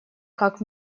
как